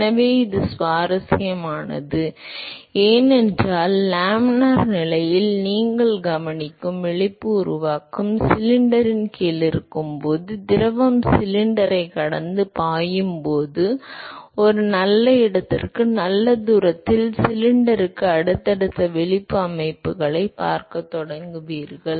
எனவே இது சுவாரஸ்யமானது ஏனென்றால் லேமினார் நிலையில் நீங்கள் கவனிக்கும் விழிப்பு உருவாக்கம் சிலிண்டரின் கீழ் இருக்கும் போது திரவம் சிலிண்டரைக் கடந்து பாயும் போது ஒரு நல்ல இடத்திற்கு நல்ல தூரத்தில் சிலிண்டருக்கு அடுத்ததாக விழிப்பு அமைப்புகளைப் பார்க்கத் தொடங்குவீர்கள்